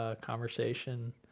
conversation